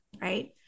right